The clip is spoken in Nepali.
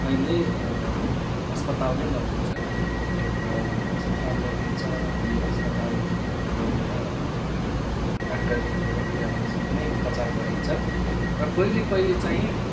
अहिले अस्पताल नै लगिन्छ है र अस्पताल लगिन्छ अनि अस्पताल लगेर डाक्टरी प्रक्रिया अनुसार नै उपचार गरिन्छ र पहिले पहिले चाहिँ